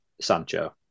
Sancho